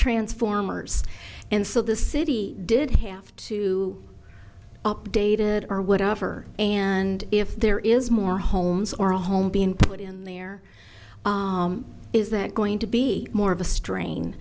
transformers and so the city did have to updated or whatever and if there is more homes or a home being put in the is that going to be more of a